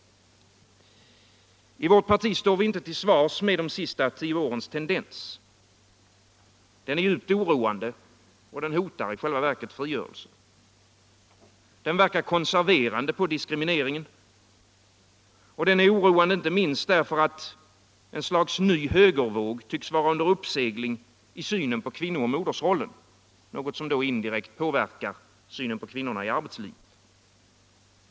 I vårt parti accepterar vi inte de sista tio årens tendens. Den är djupt oroande, och den hotar i själva verket frigörelsen. Den verkar konserverande på diskrimineringen. Den är oroande, inte minst därför att ett slags ny högervåg tycks vara under uppsegling i synen på kvinno och modersrollen, något som indirekt påverkar synen på kvinnorna i arbetslivet.